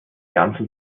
ganzen